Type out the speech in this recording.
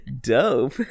Dope